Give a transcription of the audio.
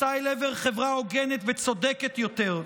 מסע אל עבר חברה הוגנת וצודקת יותר,